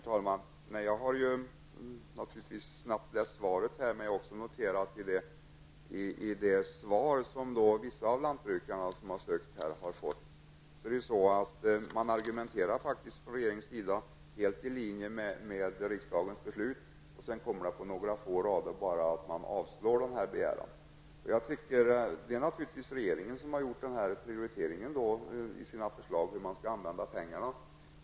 Herr talman! Jag har naturligtvis bara snabbläst svaret, men jag har också noterat att i de svar som vissa lantbrukare har fått argumenterar man faktiskt från regeringens sida helt i linje med riksdagens beslut. Men sedan kommer på några få rader att begäran avslås. Regeringen har naturligtvis gjort sin prioritering av hur man skall använda pengarna.